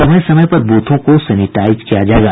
समय समय पर ब्रथों को सेनिटाइज किया जायेगा